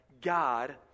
God